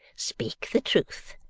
speak the truth.